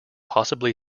possibly